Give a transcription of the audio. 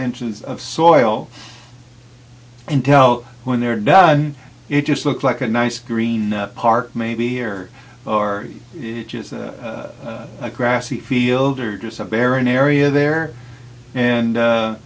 inches of soil and tell when they're done it just looks like a nice green park maybe here or a grassy field or just some barren area there and